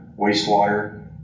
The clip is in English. wastewater